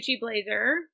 blazer